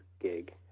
gig